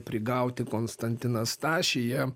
prigauti konstantiną stašį jie